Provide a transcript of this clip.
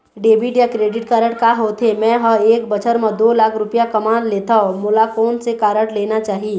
Debit या credit card का होथे, मे ह एक बछर म दो लाख रुपया कमा लेथव मोला कोन से कारड लेना चाही?